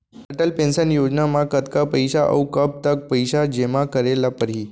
Atal pension योजना म कतका पइसा, अऊ कब तक पइसा जेमा करे ल परही?